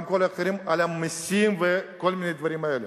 גם כל האחרים על המסים וכל מיני דברים כאלה.